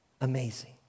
amazing